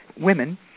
women